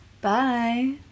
Bye